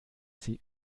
sie